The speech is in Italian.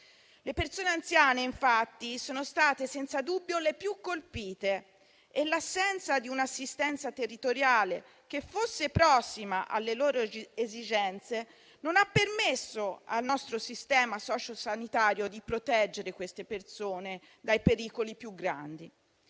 Le persone anziane, infatti, sono state senza dubbio le più colpite e l'assenza di un'assistenza territoriale che fosse prossima alle loro esigenze non ha permesso al nostro sistema sociosanitario di proteggere queste persone dai pericoli più grandi.